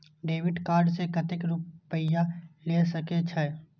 Debit card से कतेक रूपया ले सके छै?